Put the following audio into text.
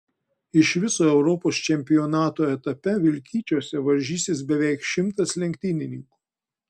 iš viso europos čempionato etape vilkyčiuose varžysis beveik šimtas lenktynininkų